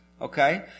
Okay